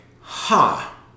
ha